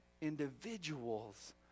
individuals